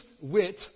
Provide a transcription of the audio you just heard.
wit